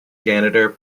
janitor